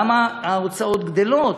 למה ההוצאות גדלות,